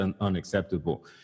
unacceptable